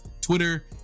Twitter